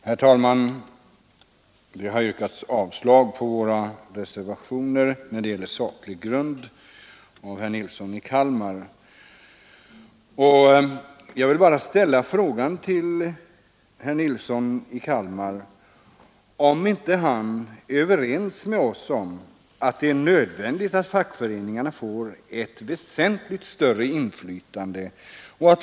Herr talman! Herr Nilsson i Kalmar har yrkat avslag på våra reservationer när det gäller ”saklig grund”. Jag vill bara fråga herr Nilsson i Kalmar om inte han är överens med oss om att det är nödvändigt att fackföreningarna får ett väsentligt större inflytande.